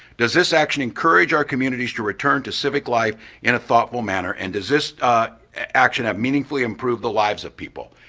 does this action encourage our communities to return to civic life in a thoughtful manner and does this action meaningfully improve the lives of people?